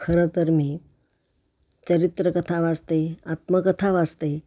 खरं तर मी चरित्रकथा वाचते आत्मकथा वाचते